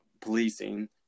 policing